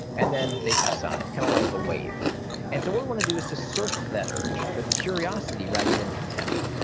and then they subside kind of like a wave and so what we want to do is to surf that urge, with curiosity rather than contempt.